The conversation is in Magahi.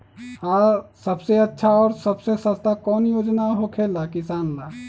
आ सबसे अच्छा और सबसे सस्ता कौन योजना होखेला किसान ला?